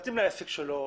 מתאים לעסק שלו,